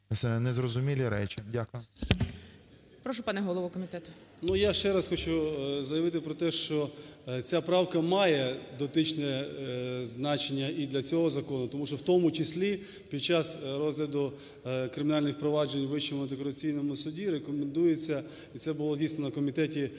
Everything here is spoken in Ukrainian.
незрозумілі речі. Дякую. ГОЛОВУЮЧИЙ. Прошу, пане голово комітету. 13:11:54 КНЯЗЕВИЧ Р.П. Я ще раз хочу заявити про те, що ця правка має дотичне значення і для цього закону. Тому що в тому числі під час розгляду кримінальних проваджень в Вищому антикорупційному суді рекомендується і це було, дійсно, на комітеті